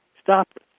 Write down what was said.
stop